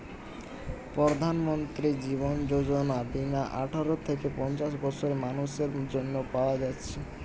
প্রধানমন্ত্রী জীবন যোজনা বীমা আঠারো থিকে পঞ্চাশ বছরের মানুসের জন্যে পায়া যাচ্ছে